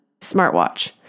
smartwatch